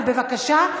אבל בבקשה,